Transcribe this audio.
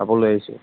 কাপোৰ লৈ আহিছোঁ